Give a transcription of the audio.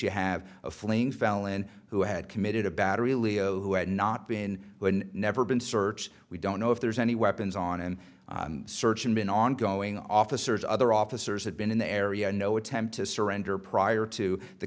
felon who had committed a battery leo who had not been never been searched we don't know if there's any weapons on and searching been ongoing officers other officers have been in the area no attempt to surrender prior to the